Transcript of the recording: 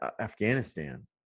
afghanistan